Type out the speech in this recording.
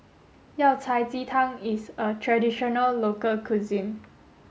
Yao Cai Ji Tang is a traditional local cuisine